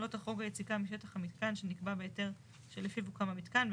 לא תחרוג היציקה משטח המיתקן שנקבע בהיתר שלפיו הוקם המיתקן,